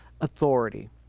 authority